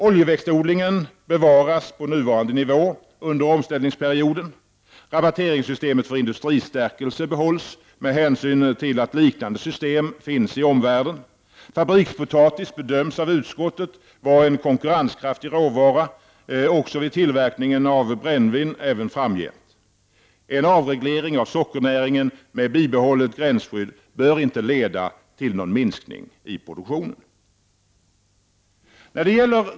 Oljeväxtodlingen behålles på nuvarande nivå under omställningsperioden. Rabatteringssystemet för industristärkelse behålles med hänsyn till att liknande system finns i omvärlden. Fabrikspotatis bedöms av utskottet även framgent vara en konkurrenskraftig råvara, också vid tillverkning av brännvin. En avreglering av sockernäringen med bibehållet gränsskydd bör inte leda till någon minskning av produktionen.